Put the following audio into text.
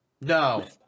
No